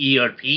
ERP